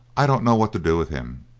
i don't know what to do with him.